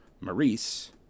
Maurice